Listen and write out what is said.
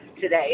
today